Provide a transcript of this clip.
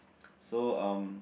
so um